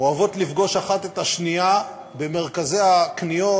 אוהבות לפגוש האחת את השנייה במרכזי הקניות,